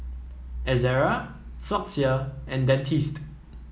Ezerra Floxia and Dentiste